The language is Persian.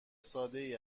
سادهای